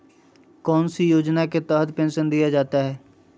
कौन सी योजना के तहत पेंसन दिया जाता है?